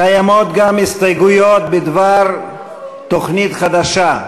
קיימות גם הסתייגויות בדבר תוכנית חדשה.